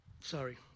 Sorry